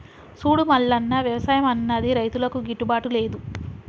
సూడు మల్లన్న, వ్యవసాయం అన్నది రైతులకు గిట్టుబాటు లేదు